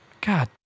God